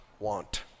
want